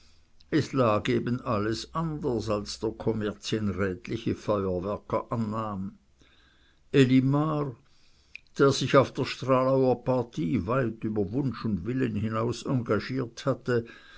es lag eben alles anders als der kommerzienrätliche feuerwerker annahm elimar der sich auf der stralauer partie weit über wunsch und willen hinaus engagiert hatte